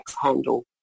handle